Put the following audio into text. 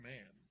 Man